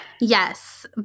Yes